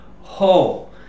Ho